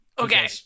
Okay